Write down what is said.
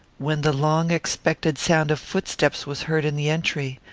when the long-expected sound of footsteps was heard in the entry.